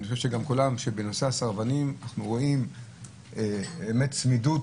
אני חושב שבנושא הסרבנים אנחנו רואים באמת צמידות